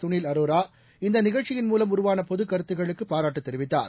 சுனில் அரோரா இந்த நிகழ்ச்சியின் மூலம் உருவான பொதுக் கருத்துக்களுக்கு பாராட்டு தெரிவித்தார்